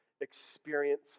experience